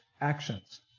actions